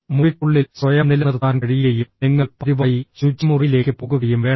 മുറിക്കുള്ളിൽ സ്വയം നിലനിർത്താൻ കഴിയുകയും നിങ്ങൾ പതിവായി ശുചിമുറിയിലേക്ക് പോകുകയും വേണം